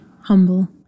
humble